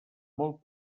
molt